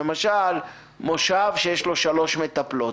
למשל מושב שיש לו שלוש מטפלות,